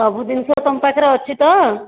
ସବୁ ଜିନିଷ ତୁମ ପାଖରେ ଅଛି ତ